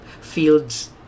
fields